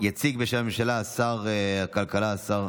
יציג בשם הממשלה שר הכלכלה, השר